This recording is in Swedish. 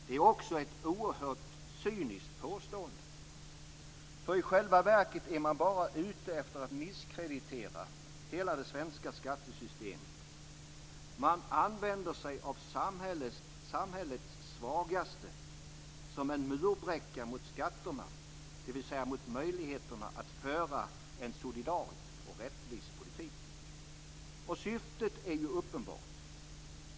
Det är också ett oerhört cyniskt påstående, för i själva verket är man bara ute efter att misskreditera hela det svenska skattesystemet. Man använder sig av samhällets svagaste som en murbräcka mot skatterna, dvs. mot möjligheterna att föra en solidarisk och rättvis politik. Och syftet är ju uppenbart.